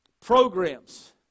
programs